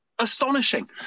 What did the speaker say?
astonishing